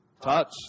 Touch